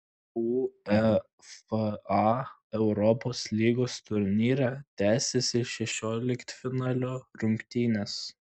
uefa europos lygos turnyre tęsėsi šešioliktfinalio rungtynės